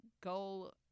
goal